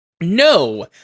No